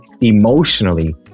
emotionally